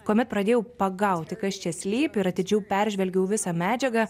kuomet pradėjau pagauti kas čia slypi ir atidžiau peržvelgiau visą medžiagą